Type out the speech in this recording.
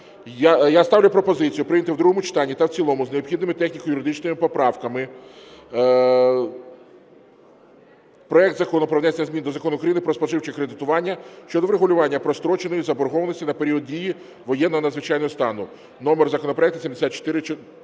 Я ставлю пропозицію прийняти в другому читанні та в цілому з необхідними техніко-юридичними поправками проект Закону про внесення змін до Закону України "Про споживче кредитування" щодо врегулювання простроченої заборгованості на період дії воєнного, надзвичайного стану (номер законопроекту 7414).